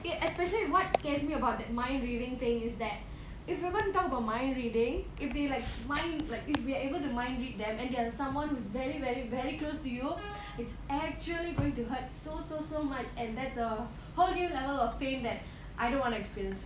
especially what scares me about that mind reading thing is that if you are going to talk about mind reading if they like mind like if we are able to mind read them and they are someone who's very very very close to you it's actually going to hurt so so so much and that's a whole new level of pain that I don't want to experience